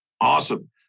Awesome